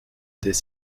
dès